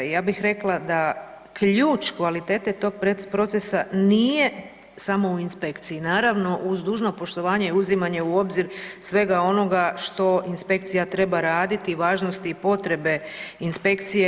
I ja bih rekla da ključ kvalitete tog procesa nije samo u inspekciji, naravno uz dužno poštovanje i uzimanje u obzir svega onoga što inspekcija treba raditi, važnosti i potrebe inspekcije.